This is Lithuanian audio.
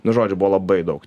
nu žodžiu buvo labai daug